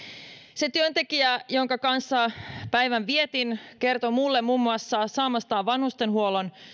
se työntekijä jonka kanssa päivän vietin kertoi minulle muun muassa saamastaan vanhustenhuollon